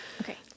Okay